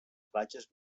platges